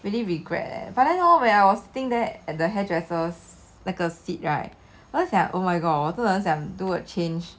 really regret eh but then hor when I was sitting there at the hair dresser 那个 seat right 我在想 oh my god 我真的很想 do a change